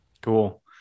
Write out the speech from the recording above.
cool